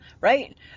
Right